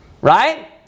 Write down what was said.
Right